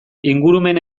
ingurumen